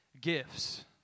gifts